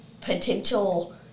potential